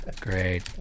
Great